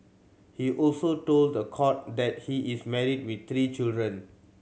he also told the court that he is married with three children